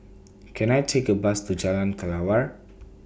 Can I Take A Bus to Jalan Kelawar